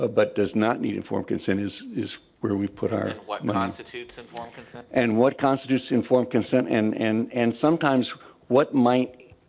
ah but does not need informed consent is is where we put our, and what but constitutes informed consent? and what constitutes informed consent and and and sometimes what might